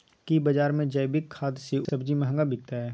की बजार मे जैविक खाद सॅ उपजेल सब्जी महंगा बिकतै?